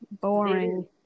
Boring